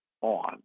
on